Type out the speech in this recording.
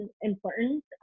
important